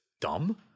dumb